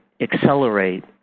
accelerate